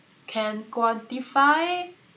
can quantify